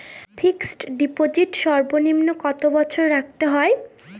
Fixed deposit সর্বনিম্ন কত বছর রাখতে হয়?